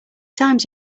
times